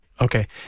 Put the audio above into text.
Okay